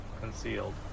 concealed